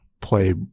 play